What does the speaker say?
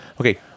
okay